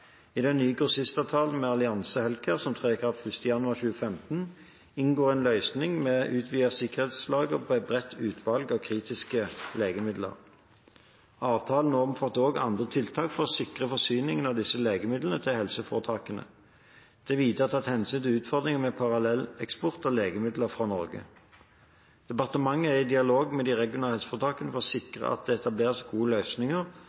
I den nye grossistavtalen med Alliance Healthcare, som trer i kraft 1. januar 2015, inngår en løsning med utvidet sikkerhetslager av et bredt utvalg av kritiske legemidler. Avtalen omfatter også andre tiltak for å sikre forsyningen av disse legemidlene til helseforetakene. Det er videre tatt hensyn til utfordringer med parallelleksport av legemidler fra Norge. Departementet er i dialog med de regionale helseforetakene for å sikre at det etableres gode løsninger